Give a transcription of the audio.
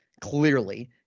clearly